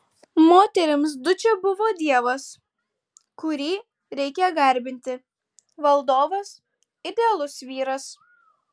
moterims dučė buvo dievas kurį reikia garbinti valdovas idealus vyras